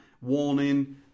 warning